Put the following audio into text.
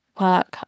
work